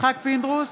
יצחק פינדרוס,